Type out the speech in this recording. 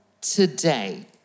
today